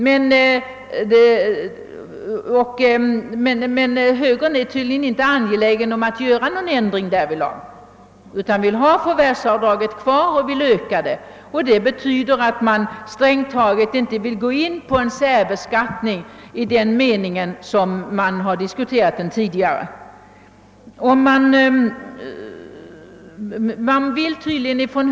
Men högern är tydligen inte angelägen att genomföra någon ändring därvidlag utan vill ha förvärvsavdraget kvar och öka det. Det betyder att man strängt taget inte vill gå in på frågan om särbeskattning i den mening den tidigare diskuterats.